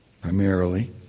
primarily